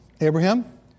Abraham